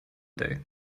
day